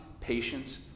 patience